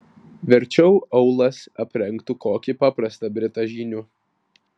verčiau aulas aprengtų kokį paprastą britą žyniu